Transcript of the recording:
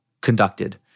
conducted